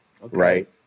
right